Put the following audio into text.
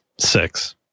six